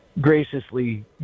graciously